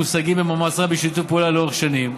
המושגים במאמץ רב ובשיתוף פעולה לאורך שנים.